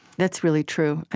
that's really true.